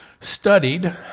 Studied